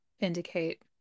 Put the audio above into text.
indicate